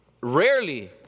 rarely